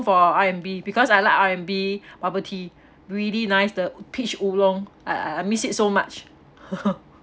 for R&B because I like R&B bubble tea really nice the peach oolong I I miss it so much